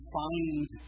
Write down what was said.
find